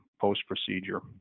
post-procedure